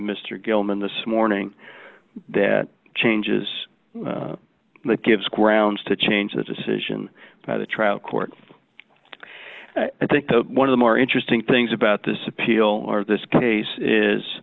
mr gilman this morning that changes that gives grounds to change the decision by the trial court i think one of the more interesting things about this appeal of this case is